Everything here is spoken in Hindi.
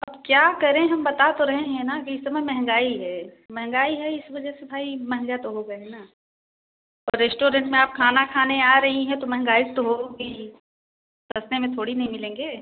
अब क्या करें हम बता तो रहे हैं न कि इस समय महंगाई है महंगाई है इस वजह से भाई महंगा तो होगा ही ना और रेश्टोरेंट में आप खाना खाने आ रही हैं तो महंगाई तो होगी ही सस्ते में थोड़ी नहीं मिलेंगे